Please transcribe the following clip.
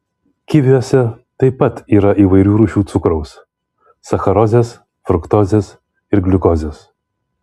kiviuose taip pat yra įvairių rūšių cukraus sacharozės fruktozės ir gliukozės